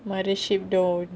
mothership don't